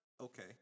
Okay